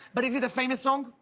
but is it a famous song.